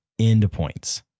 endpoints